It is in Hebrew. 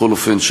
בכל אופן,